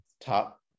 top